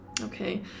Okay